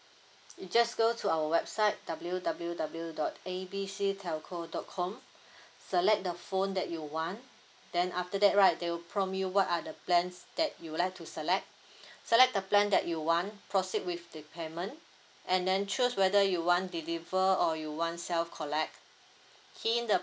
you just go to our website W W W dot A B C telco dot com select the phone that you want then after that right they will prompt you what are the plans that you would like to select select the plan that you want proceed with the payment and then choose whether you want deliver or you want self collect key in the